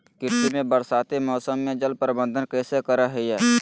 कृषि में बरसाती मौसम में जल प्रबंधन कैसे करे हैय?